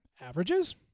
averages